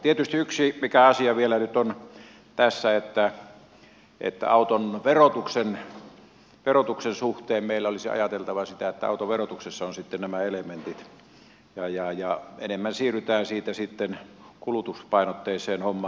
tietysti yksi asia mikä tässä nyt vielä on on se että auton verotuksen suhteen meillä olisi ajateltava sitä että autoverotuksessa on sitten nämä elementit ja enemmän siirrytään siitä sitten kulutuspainotteiseen hommaan